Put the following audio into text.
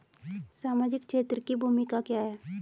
सामाजिक क्षेत्र की भूमिका क्या है?